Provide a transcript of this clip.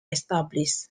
established